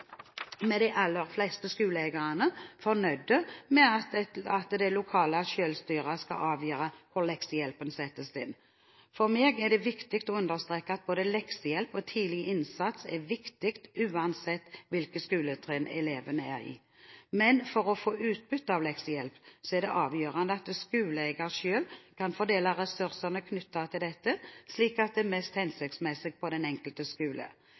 med de aller fleste skoleeierne, fornøyd med at det lokale selvstyret skal avgjøre hvor leksehjelpen settes inn. For meg er det viktig å understreke at både leksehjelp og tidlig innsats er viktig, uansett hvilket skoletrinn elevene er på, men for å få utbytte av leksehjelp er det avgjørende at skoleeier selv kan fordele ressursene knyttet til dette slik det er mest hensiktsmessig på den enkelte skole.